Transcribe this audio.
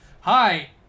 Hi